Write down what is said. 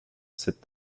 cette